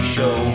Show